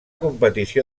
competició